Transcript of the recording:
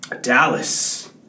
Dallas